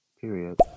Period